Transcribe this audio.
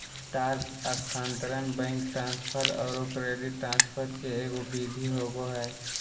तार स्थानांतरण, bank transfer औरो क्रेडिट ट्रांसफ़र के एगो विधि होबो हइ